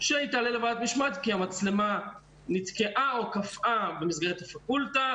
שהיא תעלה לוועדת משמעת כי המצלמה נתקעה או קפאה במסגרת הפקולטה,